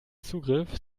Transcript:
zugriff